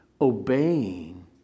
obeying